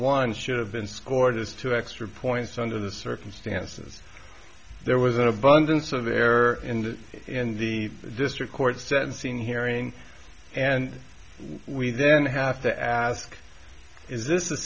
one should have been scored or two extra points under the circumstances there was an abundance of error in the in the district court sentencing hearing and we then have to ask is this